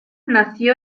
nació